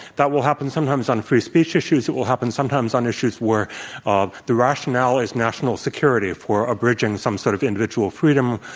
that will happen sometimes on free speech issues, it will happen sometimes on issues where the rationale is national security for abridging some sort of individual freedom,